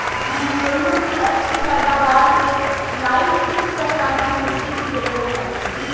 गेंहू की अच्छी पैदाबार के लाइट किस प्रकार की मिटटी की जरुरत है?